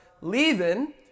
leaving